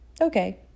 Okay